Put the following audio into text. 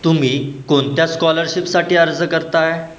तुम्ही कोणत्या स्कॉलरशिपसाठी अर्ज करत आहे